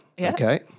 Okay